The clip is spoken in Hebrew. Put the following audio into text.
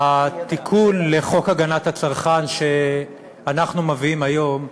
התיקון לחוק הגנת הצרכן שאנחנו מביאים היום,